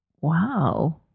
Wow